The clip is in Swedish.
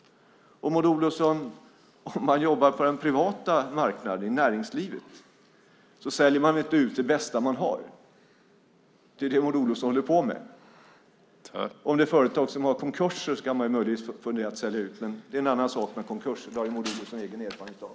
Om man jobbar på den privata marknaden, i näringslivet, Maud Olofsson, säljer man väl inte ut det bästa som man har? Det är det som Maud Olofsson håller på med. Om det handlar om företag som har gjort konkurser kan man möjligen fundera på att sälja ut, men det är en annan sak med konkurser, vilket Maud Olofsson har egen erfarenhet av.